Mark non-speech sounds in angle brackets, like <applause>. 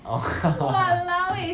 orh <laughs>